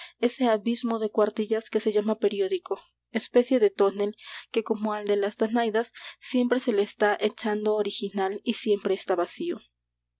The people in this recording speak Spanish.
ese abismo de cuartillas que se llama periódico especie de tonel que como al de las danaidas siempre se le está echando original y siempre está vacío